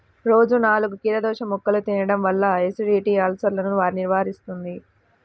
రోజూ నాలుగు కీరదోసముక్కలు తినడం వల్ల ఎసిడిటీ, అల్సర్సను నివారిస్తుంది